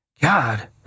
God